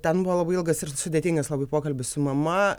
ten buvo labai ilgas ir sudėtingas labai pokalbis su mama